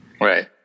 Right